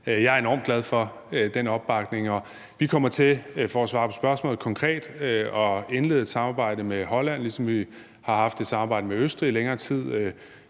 Jeg er enormt glad for den opbakning, og vi kommer til – for nu at svare konkret på spørgsmålet – at indlede et samarbejde med Holland, ligesom vi har haft et samarbejde med Østrig i længere tid.